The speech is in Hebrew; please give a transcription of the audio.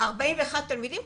41 תלמידים,